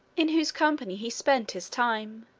in whose company he spent his time,